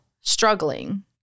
struggling